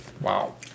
Wow